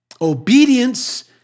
Obedience